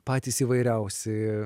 patys įvairiausi